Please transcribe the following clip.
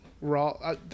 Raw